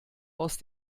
aus